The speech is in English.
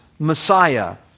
Messiah